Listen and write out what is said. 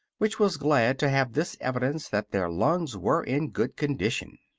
which was glad to have this evidence that their lungs were in good condition.